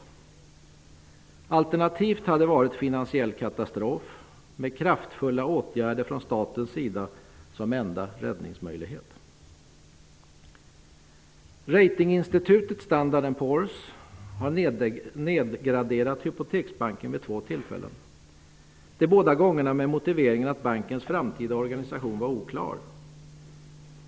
Alternativet hade varit finansiell katastrof med kraftfulla åtgärder från statens sida som enda räddningsmöjlighet. Ratinginstitutet Standard & Poors har nedgraderat hypoteksbanken vid två tillfällen, båda gångerna med motiveringen att bankens framtida organisation var oklar.